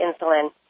insulin